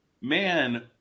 man